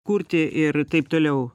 kurti ir taip toliau